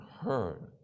heard